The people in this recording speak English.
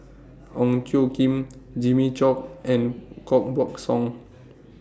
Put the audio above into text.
Ong Tjoe Kim Jimmy Chok and Koh Buck Song